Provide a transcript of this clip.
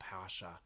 Pasha